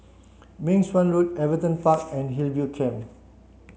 Meng Suan Road Everton Park and Hillview Camp